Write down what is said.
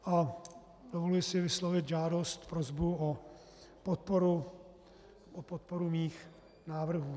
A dovoluji si vyslovit žádost, prosbu o podporu mých návrhů.